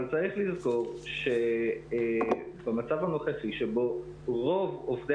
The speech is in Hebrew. אבל צריך לזכור שבמצב הנוכחי שבו רוב עובדי